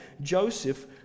Joseph